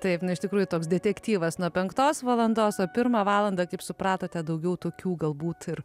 taip na iš tikrųjų toks detektyvas nuo penktos valandos o pirmą valandą kaip supratote daugiau tokių galbūt ir